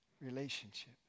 Relationship